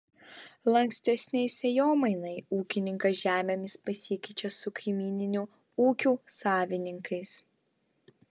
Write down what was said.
lankstesnei sėjomainai ūkininkas žemėmis pasikeičia su kaimyninių ūkių savininkais